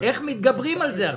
איך מתגברים על זה עכשיו?